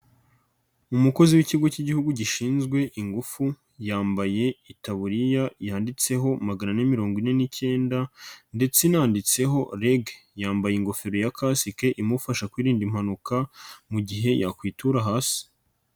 Umukozi w'ikigo cy'Igihugu gishinzwe ingufu, yambaye itaburiya yanditseho magana ane mirongo ine n'icyenda ndetse inanditseho REG, yambaye ingofero ya kasike imufasha kwirinda impanuka mu gihe yakwitura hasi.